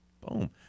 Boom